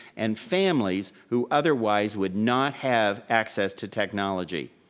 and families who otherwise would not have access to technology.